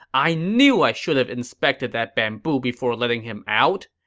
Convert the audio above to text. i knew i should've inspected that bamboo before letting him out.